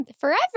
forever